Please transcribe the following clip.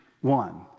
one